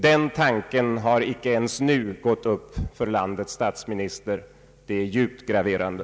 Den tanken har icke ens nu gått upp för landets statsminister, vilket är djupt graverande.